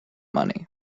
money